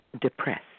depressed